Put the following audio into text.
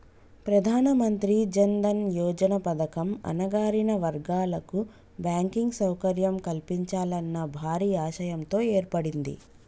ప్రధానమంత్రి జన్ దన్ యోజన పథకం అణగారిన వర్గాల కు బ్యాంకింగ్ సౌకర్యం కల్పించాలన్న భారీ ఆశయంతో ఏర్పడింది